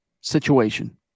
situation